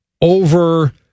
over